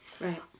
Right